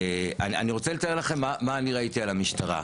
אני רוצה לתאר לכם מה אני ראיתי על המשטרה.